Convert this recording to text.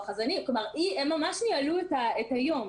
הם ממש ניהלו את היום.